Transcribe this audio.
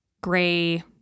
gray